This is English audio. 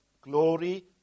glory